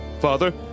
Father